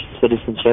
citizenship